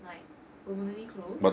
like permanently closed